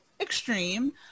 extreme